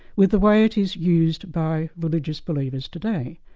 with the way it is used by religious believers today.